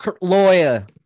lawyer